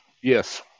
Yes